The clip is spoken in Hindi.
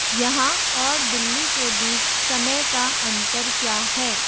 यहाँ और दिल्ली के बीच समय का अंतर क्या है